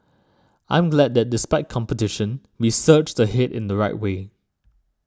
I'm glad that despite competition we surged ahead in the right way